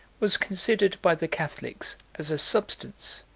was considered by the catholics as a substance,